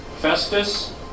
festus